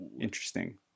interesting